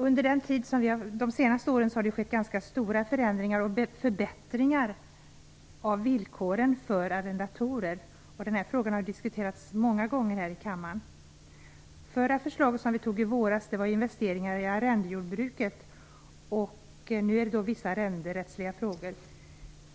Under de senaste åren har det skett ganska stora förändringar och förbättringar av villkoren för arrendatorer. Dessa frågor har diskuterats många gånger här i kammaren. Det förra förslaget, som vi antog i våras, gällde investeringar i arrendejordbruket. I dag gäller det vissa arrenderättsliga frågor.